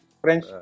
French